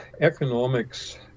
economics